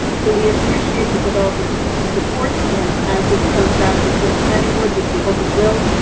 so we appreciate the developers support. and as this comes back before the planning board, which people but will,